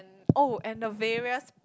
oh and the various